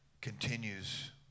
continues